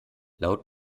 laut